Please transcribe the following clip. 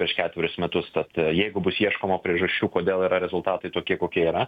prieš ketverius metus tad jeigu bus ieškoma priežasčių kodėl yra rezultatai tokie kokie yra